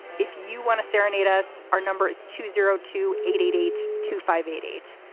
if you want to serenade us, our number is two zero two eight eight eight two five eight eight.